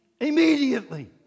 Immediately